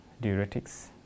diuretics